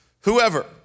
whoever